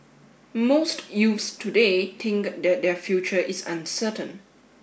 most youths today think that their future is uncertain